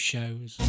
shows